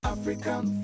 African